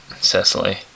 Cecily